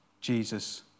Jesus